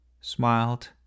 smiled